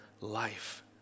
life